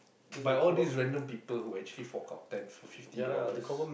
by all these random people who actually fork out ten to fifty dollars